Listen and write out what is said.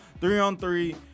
three-on-three